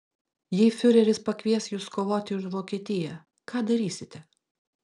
jei fiureris pakvies jus kovoti už vokietiją ką darysite